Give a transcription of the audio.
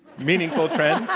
meaningful trend?